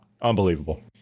Unbelievable